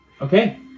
Okay